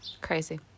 crazy